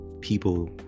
people